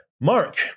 Mark